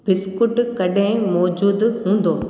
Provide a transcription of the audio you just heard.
biscuit कॾहिं मौजूदु हूंदो